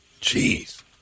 Jeez